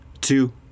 two